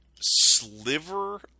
sliver